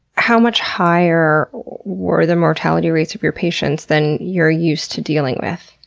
how much higher were the mortality rates of your patients than you're used to dealing with?